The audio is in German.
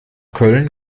köln